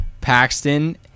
Paxton